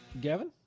Gavin